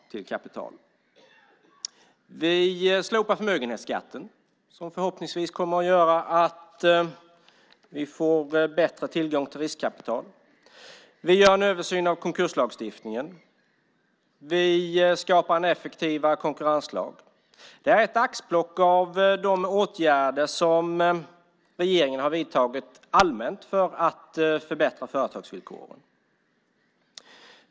Vi slopar förmögenhetsskatten, vilket förhoppningsvis kommer att göra att vi får bättre tillgång till riskkapital. Vi gör en översyn av konkurslagstiftningen. Vi skapar en effektivare konkurrenslag. Det här var ett axplock av de åtgärder som regeringen har vidtagit allmänt för att förbättra företagsvillkoren.